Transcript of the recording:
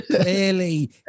Clearly